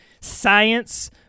science